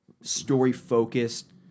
story-focused